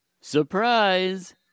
Surprise